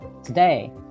Today